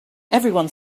everyone